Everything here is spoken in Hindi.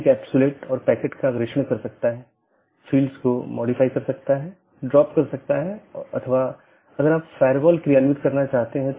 यदि तय अवधी के पूरे समय में सहकर्मी से कोई संदेश प्राप्त नहीं होता है तो मूल राउटर इसे त्रुटि मान लेता है